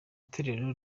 torero